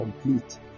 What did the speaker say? complete